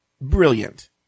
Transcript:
brilliant